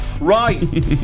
right